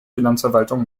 finanzverwaltung